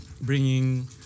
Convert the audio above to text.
bringing